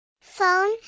Phone